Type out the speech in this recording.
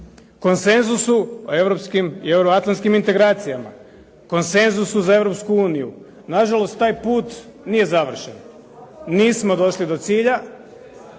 konsenzusu o europskim i euro-atlanskim integracijama, konsenzusu za Europsku uniju. Nažalost, taj put nije završen. Nismo došli do cilja